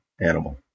Animal